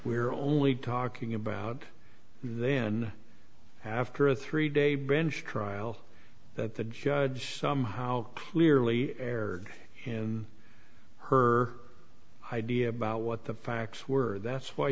we're only talking about then after a three day bench trial that the judge somehow clearly erred in her idea about what the facts were that's why